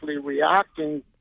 reacting